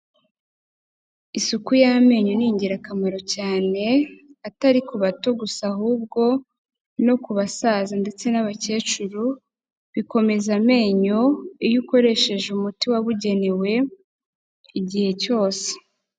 Isuku y'amenyo ni ingirakamaro cyane, atari ku bato gusa ahubwo no ku basaza ndetse n'abakecuru, bikomeza amenyo iyo ukoresheje umuti wabugenewe igihe cyose.